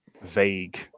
vague